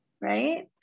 right